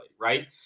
right